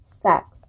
sex